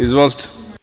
Izvolite.